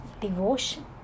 devotion